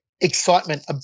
excitement